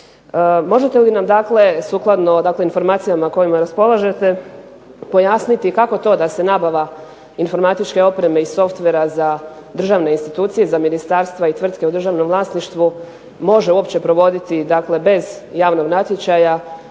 Možete li nam dakle, sukladno informacijama kojima raspolažete, pojasniti kako to da se nabava informatičke opreme i softvera za državne institucije, za ministarstva i tvrtke u državnom vlasništvu može uopće provoditi bez javnog natječaja